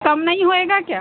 कम नहीं होएगा क्या